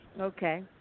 Okay